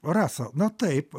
rasa na taip